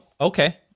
Okay